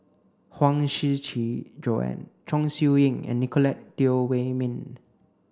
Huang Shiqi Joan Chong Siew Ying and Nicolette Teo Wei min